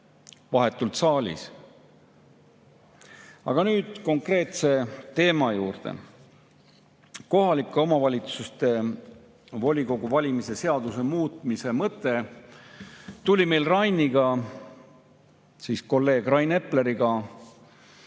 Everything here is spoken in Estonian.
vahetult saalis jagavad. Aga nüüd konkreetse teema juurde. Kohaliku omavalitsuse volikogu valimise seaduse muutmise mõte tuli meil Rainiga, kolleeg Rain Epleriga